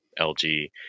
LG